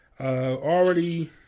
already